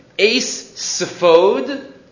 Ace-sephod